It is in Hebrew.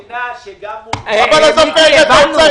מדינה שגם --- אבל אתה --- את האוצר,